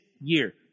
year